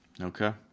Okay